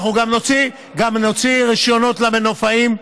אנחנו גם נוציא רישיונות למנופאים,